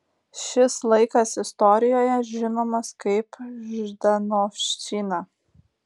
šis laikas istorijoje žinomas kaip ždanovščina